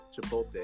Chipotle